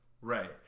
Right